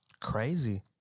crazy